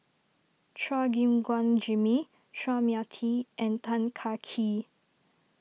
Chua Gim Guan Jimmy Chua Mia Tee and Tan Kah Kee